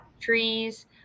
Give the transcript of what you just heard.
trees